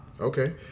Okay